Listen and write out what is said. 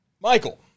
Michael